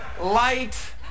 light